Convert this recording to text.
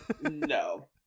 No